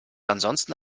ansonsten